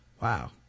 Wow